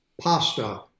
pasta